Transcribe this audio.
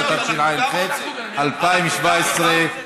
התשע"ח 2017,